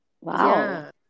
Wow